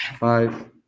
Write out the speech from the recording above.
Five